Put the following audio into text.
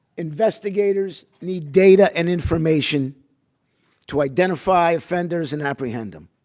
investigators need data and information to identify offenders and apprehend them.